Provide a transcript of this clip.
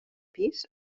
pis